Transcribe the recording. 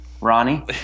Ronnie